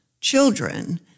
children